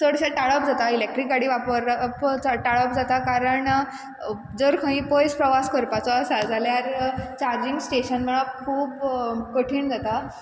चडशें टाळप जाता इलेक्ट्रीक गाडी वापरप टाळप जाता कारण जर खंय पयस प्रवास करपाचो आसा जाल्यार चार्जींग स्टेशन मेळप खूब कठीण जाता